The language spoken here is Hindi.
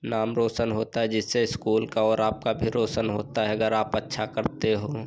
नाम रोशन होता है जिससे स्कूल का और आपका भी रोशन होता है अगर आप अच्छा करते हो